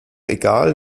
egal